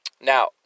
Now